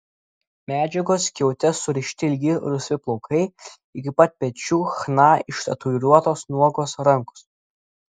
medžiagos skiaute surišti ilgi rusvi plaukai iki pat pečių chna ištatuiruotos nuogos rankos